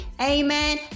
Amen